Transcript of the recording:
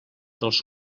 dels